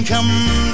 come